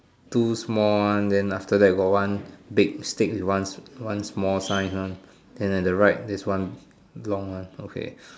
two small one then after that got one big stick one one small size one then at the right is one long one okay